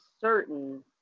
certain